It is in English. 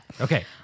Okay